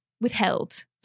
withheld